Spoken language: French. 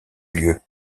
lieues